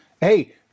Hey